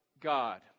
God